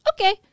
okay